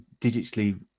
digitally